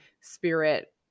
spirit